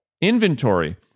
inventory